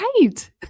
Right